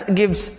gives